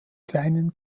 kleinen